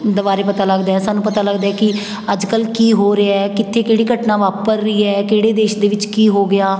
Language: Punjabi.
ਦੇ ਬਾਰੇ ਪਤਾ ਲੱਗਦਾ ਹੈ ਸਾਨੂੰ ਪਤਾ ਲੱਗਦਾ ਕਿ ਅੱਜ ਕੱਲ੍ਹ ਕੀ ਹੋ ਰਿਹਾ ਹੈ ਕਿੱਥੇ ਕਿਹੜੀ ਘਟਨਾ ਵਾਪਰ ਰਹੀ ਹੈ ਕਿਹੜੇ ਦੇਸ਼ ਦੇ ਵਿੱਚ ਕੀ ਹੋ ਗਿਆ